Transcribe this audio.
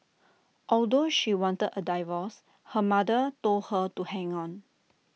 although she wanted A divorce her mother told her to hang on